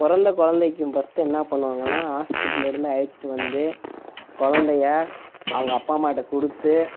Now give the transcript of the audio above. பிறந்த குழந்தைக்கி ஃபர்ஸ்டு என்ன பண்ணுவாங்கன்னா ஹாஸ்பிட்டல் இருந்து அழைச்சிட்டு வந்து குழந்தைய அவங்க அப்பா அம்மாகிட்ட கொடுத்து